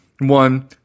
One